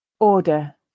Order